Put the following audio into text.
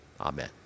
Amen